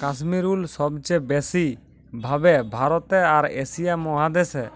কাশ্মির উল সবচে ব্যাসি ভাবে ভারতে আর এশিয়া মহাদেশ এ